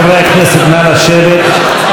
חברי הכנסת, נא לשבת.